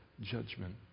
judgment